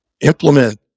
Implement